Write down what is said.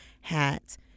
hats